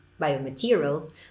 biomaterials